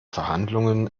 verhandlungen